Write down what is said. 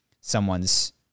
someone's